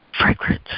fragrance